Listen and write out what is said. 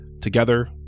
Together